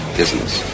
business